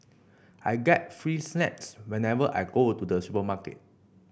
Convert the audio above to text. I get free snacks whenever I go to the supermarket